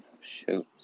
Shoot